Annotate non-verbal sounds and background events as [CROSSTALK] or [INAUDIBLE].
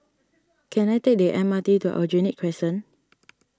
can I take the M R T to Aljunied Crescent [NOISE]